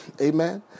Amen